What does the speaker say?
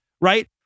right